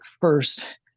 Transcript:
first